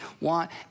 want